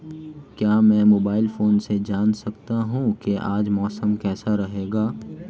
क्या मैं mobile phone से जान सकता हूँ कि आज मौसम कैसा रहेगा?